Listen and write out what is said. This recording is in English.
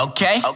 Okay